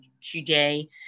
today